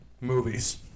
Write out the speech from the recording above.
Movies